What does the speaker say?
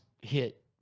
hit